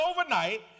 overnight